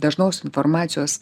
dažnos informacijos